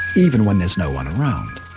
even when there's no one around.